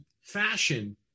fashion